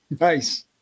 Nice